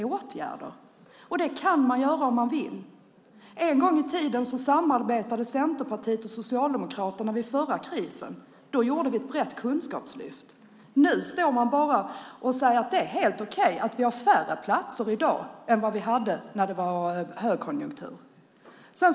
Åtgärder måste sättas in. Det kan man göra om man vill. En gång i tiden samarbetade Centerpartiet och Socialdemokraterna. Under förra krisen genomförde vi ett brett kunskapslyft. Nu säger man bara att det är helt okej att det finns färre platser i dag än det fanns när det var högkonjunktur.